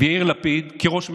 ויאיר לפיד, כראש ממשלה,